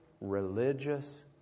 religious